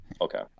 Okay